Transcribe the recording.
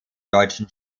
deutschen